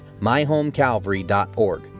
myhomecalvary.org